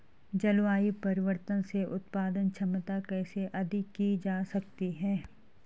जलवायु परिवर्तन से उत्पादन क्षमता कैसे अधिक की जा सकती है?